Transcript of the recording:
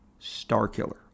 Starkiller